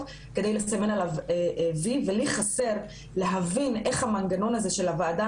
כדי לסמן עליו וי ולי חסר להבין איך המנגנון הזה של הוועדה